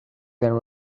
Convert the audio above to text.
there